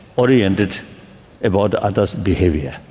oriented about others' behaviour.